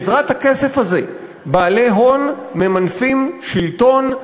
בעזרת הכסף הזה בעלי הון ממנפים שלטון,